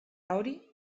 hori